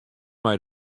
mei